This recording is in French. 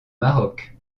maroc